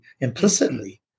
implicitly